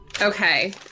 Okay